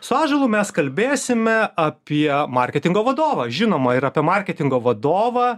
su ąžuolu mes kalbėsime apie marketingo vadovą žinoma ir apie marketingo vadovą